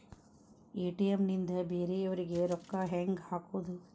ATM ನಿಂದ ಬೇರೆಯವರಿಗೆ ರೊಕ್ಕ ಹೆಂಗ್ ಹಾಕೋದು?